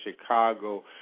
Chicago